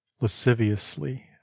lasciviously